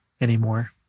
anymore